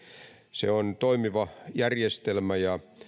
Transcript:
se on toimiva järjestelmä ja